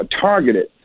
targeted